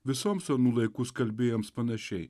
visoms anų laikų skalbėjoms panašiai